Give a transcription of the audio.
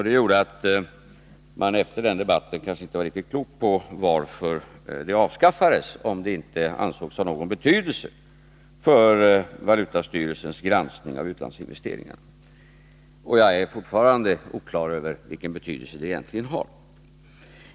Det gjorde att man efter den debatten kanske inte var riktigt klar över varför bytesbalanskravet avskaf fades, om kravet inte ansågs ha någon betydelse för valutastyrelsens granskning av utlandsinvesteringarna. Jag är fortfarande oklar över vilken 120 betydelse det egentligen har.